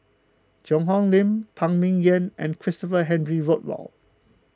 Cheang Hong Lim Phan Ming Yen and Christopher Henry Rothwell